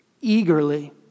Eagerly